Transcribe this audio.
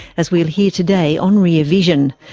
as we'll hear today on rear vision.